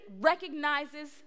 recognizes